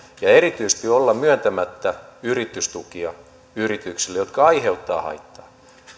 ja erityisesti olla myöntämättä yritystukia yrityksille jotka aiheuttavat haittaa